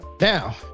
Now